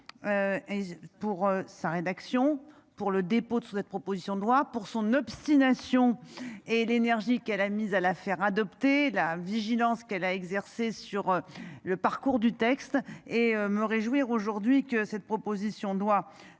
pour sa rédaction pour le dépôt de cette proposition de loi pour son obstination et l'énergie qu'elle a mise à la faire adopter la vigilance qu'elle a exercée sur le parcours du texte et me réjouir aujourd'hui que cette proposition de loi